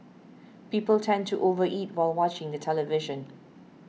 people tend to over eat while watching the television